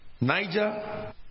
Niger